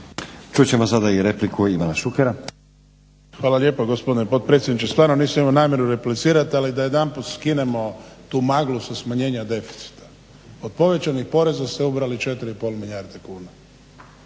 Čut ćemo sada repliku Ivana Šukera.